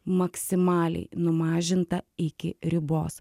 maksimaliai numažinta iki ribos